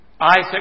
Isaac